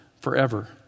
forever